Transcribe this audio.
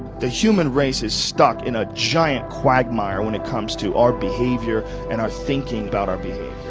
the human race is stuck in a giant quagmire when it comes to our behavior and our thinking about our, baby